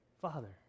Father